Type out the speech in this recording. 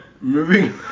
moving